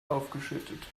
aufgeschüttet